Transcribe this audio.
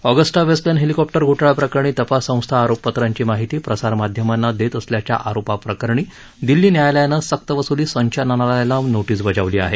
Agusta Westland helicopter घोटाळा प्रकरणी तपाससंस्था आरोपपत्राची माहिती प्रसार माध्यमांना देत असल्याच्या आरोपाप्रकरणी दिल्ली न्यायालयानं सक्तवस्ली संचालनालयाला नोटीस बजावली आहे